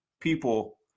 people